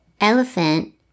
Elephant